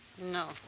No